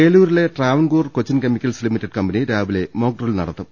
ഏലൂരിലെ Travancore Cochin chemicals limited company രാവിലെ mock drill നടത്തും